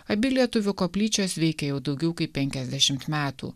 abi lietuvių koplyčios veikia jau daugiau kaip penkiasdešimt metų